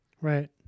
Right